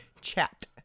chat